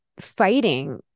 fighting